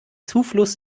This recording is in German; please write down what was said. zufluss